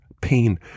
pain